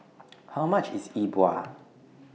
How much IS Yi Bua